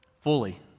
fully